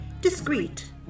discreet